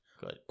Good